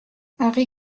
harry